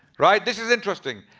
right? this is interesting.